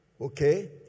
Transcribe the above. Okay